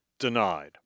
denied